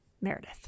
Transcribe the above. meredith